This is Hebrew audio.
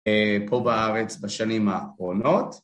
פה בארץ בשנים האחרונות.